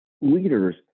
leaders